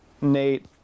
Nate